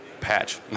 Patch